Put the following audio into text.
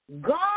God